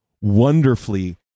wonderfully